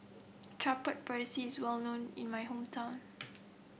Chaat Papri is well known in my hometown